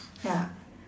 ya